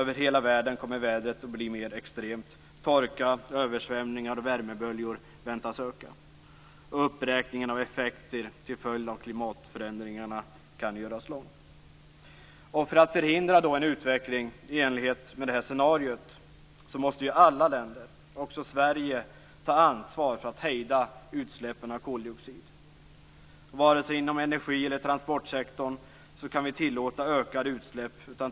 Över hela världen kommer vädret att bli mer extremt. Torka, översvämningar och värmeböljor väntas öka. Uppräkningen av effekter till följd av klimatförändringarna kan göras lång. För att förhindra en utveckling i enlighet med detta scenario måste alla länder, också Sverige, ta ansvar för att hejda utsläppen av koldioxid.